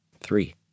three